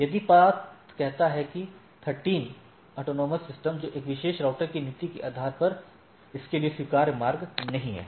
यदि पथ कहता है कि 13 एएस जो इस विशेष राउटर के लिए नीति के आधार पर इसके लिए स्वीकार्य मार्ग नहीं है